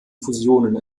fusionen